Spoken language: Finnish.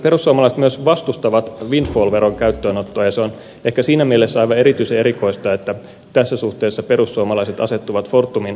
perussuomalaiset myös vastustavat windfall veron käyttöönottoa ja se on ehkä siinä mielessä aivan erityisen erikoista että tässä suhteessa perussuomalaiset asettuvat fortumin optiomiljonäärien kannalle